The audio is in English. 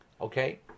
Okay